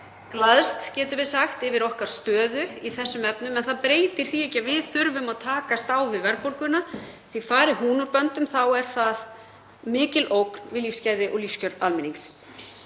glaðst, getum við sagt, yfir okkar stöðu í þessum efnum en það breytir því ekki að við þurfum að takast á við verðbólguna, því fari hún úr böndum er það mikil ógn við lífsgæði og lífskjör almennings.